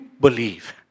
believe